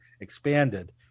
expanded